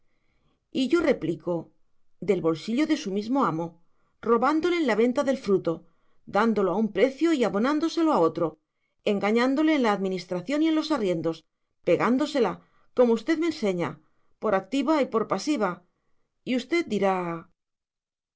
y yo replico del bolsillo de su mismo amo robándole en la venta del fruto dándolo a un precio y abonándoselo a otro engañándole en la administración y en los arriendos pegándosela como usted me enseña por activa y por pasiva y usted dirá